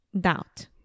Doubt